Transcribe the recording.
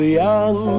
young